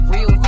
Real